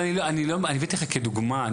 אני הבאתי לך כדוגמה.